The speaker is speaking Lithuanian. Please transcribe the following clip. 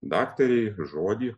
daktarei žodį